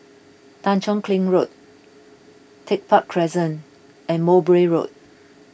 Tanjong Kling Road Tech Park Crescent and Mowbray Road